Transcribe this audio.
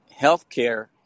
healthcare